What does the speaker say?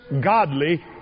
godly